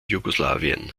jugoslawien